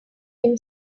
him